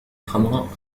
حمراء